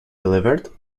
delivered